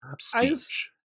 speech